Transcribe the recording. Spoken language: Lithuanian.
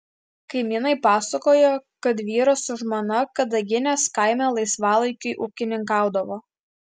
kaimynai pasakojo kad vyras su žmona kadaginės kaime laisvalaikiu ūkininkaudavo